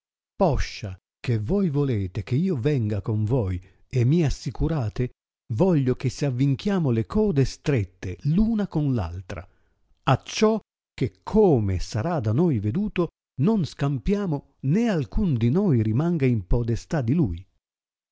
poscia che voi volete che io venga con voi e mi assicurate voglio che s avinchiamo le code strette l una con l'altra acciò che come sarà da noi veduto non scampiamo né alcun di noi rimanga in podestà di lui